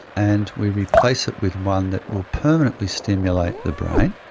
and we replace it with one that will permanently stimulate the brain,